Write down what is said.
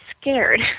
scared